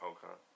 Okay